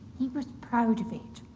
he was proud of it.